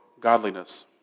godliness